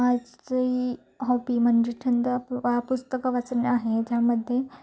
माझी हॉबी म्हणजे छंद पुस्तकं वाचणं आहे त्यामध्ये